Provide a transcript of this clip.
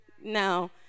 No